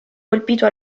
colpito